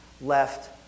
left